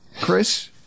Chris